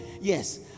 Yes